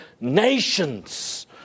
nations